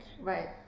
Right